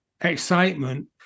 excitement